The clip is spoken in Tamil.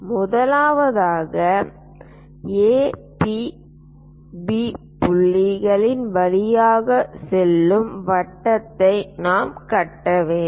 முதலாவதாக A P B புள்ளிகள் வழியாக செல்லும் வட்டத்தை நாம் கட்ட வேண்டும்